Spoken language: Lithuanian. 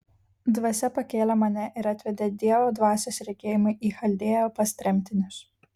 dvasia pakėlė mane ir atvedė dievo dvasios regėjimu į chaldėją pas tremtinius